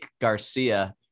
Garcia